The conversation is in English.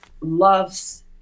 loves